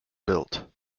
built